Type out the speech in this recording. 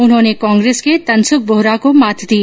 उन्होंने कांग्रेस के तनसुख बोहरा को मात दी